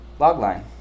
Logline